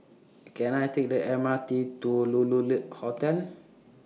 Can I Take The M R T to Lulu Lee Hotel